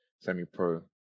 semi-pro